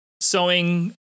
sewing